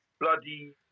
bloody